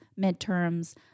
midterms